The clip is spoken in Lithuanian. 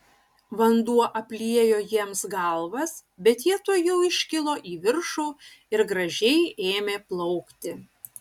vanduo apliejo jiems galvas bet jie tuojau iškilo į viršų ir gražiai ėmė plaukti